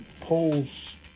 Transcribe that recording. Polls